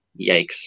yikes